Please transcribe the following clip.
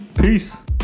peace